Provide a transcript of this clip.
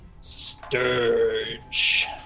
Sturge